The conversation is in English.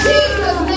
Jesus